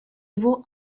его